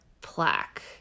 plaque